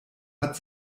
hat